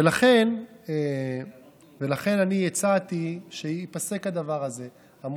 לכן אני הצעתי שהדבר הזה ייפסק.